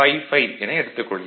55 என எடுத்துக் கொள்கிறேன்